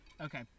Okay